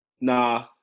Nah